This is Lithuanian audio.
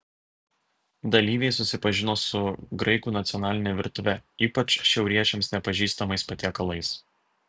dalyviai susipažino su graikų nacionaline virtuve ypač šiauriečiams nepažįstamais patiekalais